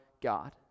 God